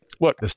look